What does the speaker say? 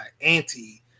Anti